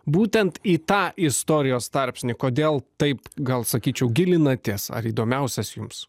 būtent į tą istorijos tarpsnį kodėl taip gal sakyčiau gilinatės ar įdomiausias jums